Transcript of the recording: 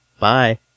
Bye